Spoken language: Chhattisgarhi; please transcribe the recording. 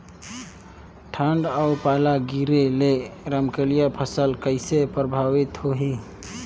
ठंडा अउ पाला गिरे ले रमकलिया फसल कइसे प्रभावित होही?